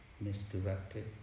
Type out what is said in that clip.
misdirected